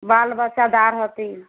बाल बच्चेदार होत्ती